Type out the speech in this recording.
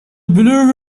believe